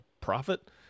profit